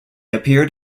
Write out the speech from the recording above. appeared